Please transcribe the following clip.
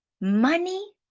money